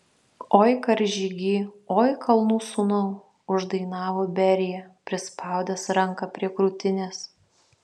oi karžygy oi kalnų sūnau uždainavo berija prispaudęs ranką prie krūtinės